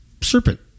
serpent